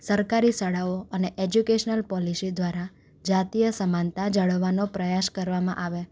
સરકારી શાળાઓ અને એજ્યુકેશનલ પોલિશી દ્વારા જાતીય સમાનતા જાળવવાનો પ્રયાસ કરવામાં આવે